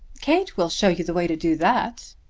kate will show you the way to do that.